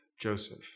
Joseph